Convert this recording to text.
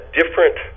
different